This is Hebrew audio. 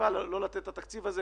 לא לתת את התקציב הזה.